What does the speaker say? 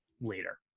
later